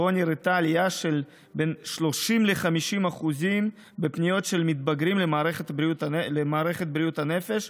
שבו נראתה עלייה של 30% 50% בפניות של מתבגרים למערכת בריאות הנפש,